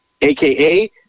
AKA